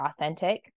authentic